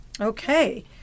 Okay